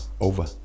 over